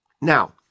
Now